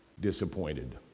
disappointed